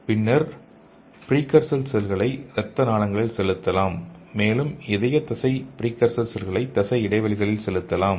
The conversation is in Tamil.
பின்னர் பிரீகர்சர் செல்களை இரத்த நாளங்களில் செலுத்தலாம் மேலும் இதய தசை பிரீகர்சர் செல்களை தசை இடைவெளிகளில் செலுத்தலாம்